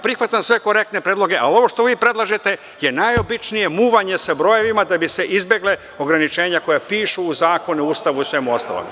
Prihvatam sve korektne predloge, ali ovo što vi predlažete je najobičnije muvanje sa brojevima da bi se izbegla ograničenja koja pišu u zakonu, Ustavu i svemu ostalom.